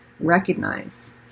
recognize